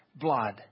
blood